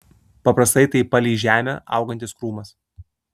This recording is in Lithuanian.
paprastai tai palei žemę augantis krūmas